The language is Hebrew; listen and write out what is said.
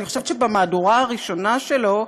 אני חושבת שבמהדורה הראשונה שלו,